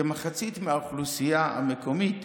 כמחצית מהאוכלוסייה המקומית,